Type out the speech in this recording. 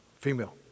Female